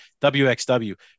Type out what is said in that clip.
WXW